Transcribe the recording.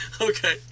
Okay